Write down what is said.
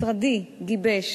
משרדי גיבש